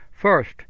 First